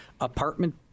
Apartment